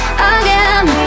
again